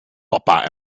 papa